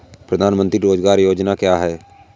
प्रधानमंत्री रोज़गार योजना क्या है?